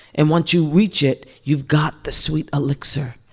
and once you reach it, you've got the sweet elixir.